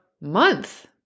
month